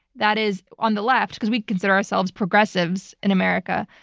that is, on the left, because we consider ourselves progressives in america,